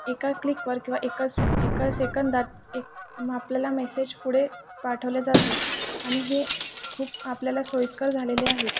एका क्लिकवर किंवा एका एका सेकंदात एक मापलेला मेसेज पुढे पाठवल्या जातो आणि हे खूप आपल्याला सोयीस्कर झालेले आहे